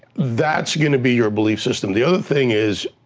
that's gonna be your belief system. the other thing is,